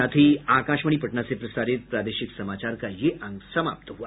इसके साथ ही आकाशवाणी पटना से प्रसारित प्रादेशिक समाचार का ये अंक समाप्त हुआ